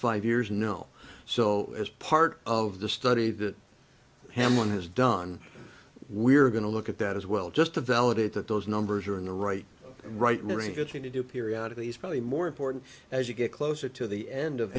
five years no so as part of the study that hamlin has done we're going to look at that as well just to validate that those numbers are in the right right range it's going to do periodically is probably more important as you get closer to the end of